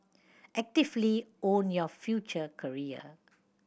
actively own your future career